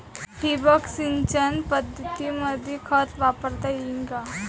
ठिबक सिंचन पद्धतीमंदी खत वापरता येईन का?